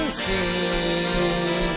see